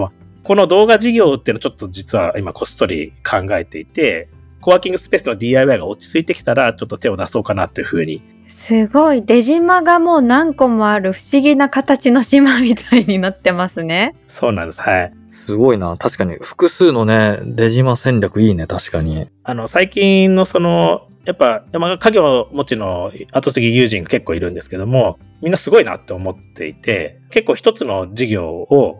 この動画事業っていうのをちょっと実は今こっそり考えていて、コワーキングスペースのDIYが落ち着いてきたらちょっと手を出そうかなっていうふうに。すごい。出島がもう何個もある不思議な形の島みたいになってますね。そうなんです。はい。すごいな。確かに複数のね、出島戦略いいね、確かに。あの、最近のその、やっぱ山鹿、家業持ちの後継ぎ友人が結構いるんですけども、みんなすごいなって思っていて、結構一つの事業を